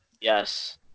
Yes